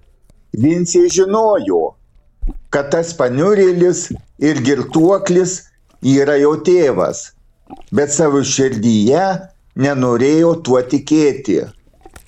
vincė žinojo kad tas paniurėlis ir girtuoklis yra jo tėvas bet savo širdyje nenorėjo tuo tikėti